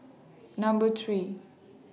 Number three